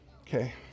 Okay